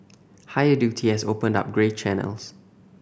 higher duty has opened up grey channels